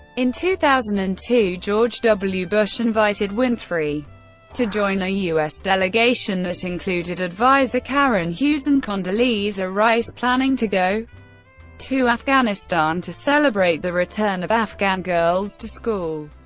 in two thousand and two, george w. bush invited winfrey to join a us delegation that included adviser karen hughes and condoleezza rice, planning to go to afghanistan to celebrate the return of afghan girls to school.